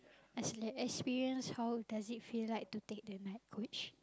as in like experience how does it feel like to take the night coach